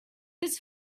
his